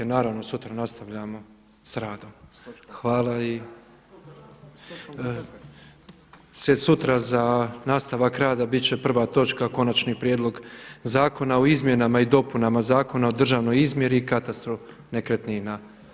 Naravno sutra nastavljamo s radom, sutra nastavak rada bit će prva točka Konačni prijedlog zakona o izmjenama i dopunama Zakona o državnoj izmjeri i katastru nekretnina.